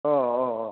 अ अ अ